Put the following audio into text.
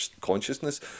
consciousness